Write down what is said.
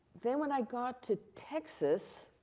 then when i got to texas,